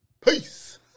Peace